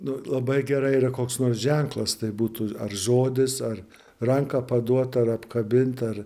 nu labai gerai yra koks nors ženklas tai būtų ar žodis ar ranką paduot ar apkabint ar